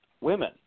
women